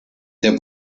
der